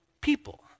people